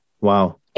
Wow